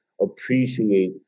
appreciate